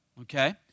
okay